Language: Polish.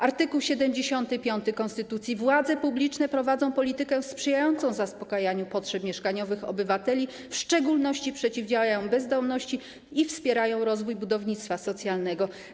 Art. 75 konstytucji: Władze publiczne prowadzą politykę sprzyjającą zaspokajaniu potrzeb mieszkaniowych obywateli, w szczególności przeciwdziałają bezdomności i wspierają rozwój budownictwa socjalnego.